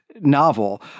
novel